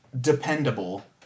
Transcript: dependable